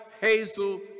Hazel